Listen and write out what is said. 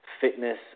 fitness